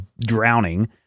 drowning